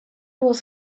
was